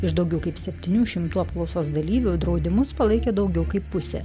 iš daugiau kaip septynių apklausos dalyvių draudimus palaikė daugiau kaip pusė